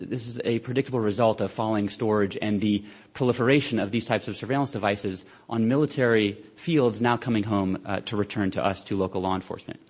this is a predictable result of falling storage and the proliferation of these types of surveillance devices on military fi elds now coming home to return to us to local law enforcement.